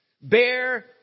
bear